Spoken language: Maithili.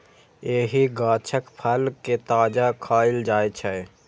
एहि गाछक फल कें ताजा खाएल जाइ छै